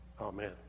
Amen